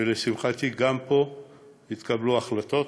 ולשמחתי גם פה התקבלו החלטות